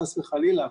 חס וחלילה,